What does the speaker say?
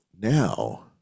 now